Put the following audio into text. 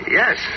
yes